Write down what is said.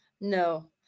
no